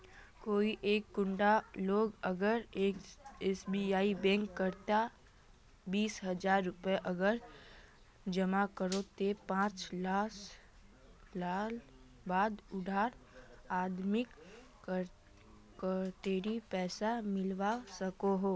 कोई एक कुंडा लोग अगर एस.बी.आई बैंक कतेक बीस हजार रुपया अगर जमा करो ते पाँच साल बाद उडा आदमीक कतेरी पैसा मिलवा सकोहो?